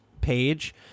page